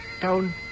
down